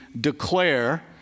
declare